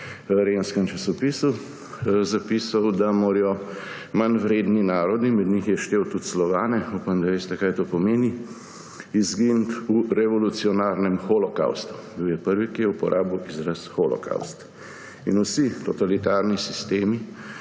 v Renskem časopisu, zapisal, da morajo manjvredni narodi – med njih je štel tudi Slovane, upam, da veste, kaj to pomeni – izginiti v revolucionarnem holokavstu. Bil je prvi, ki je uporabil izraz holokavst. Vsi totalitarni sistemi,